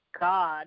God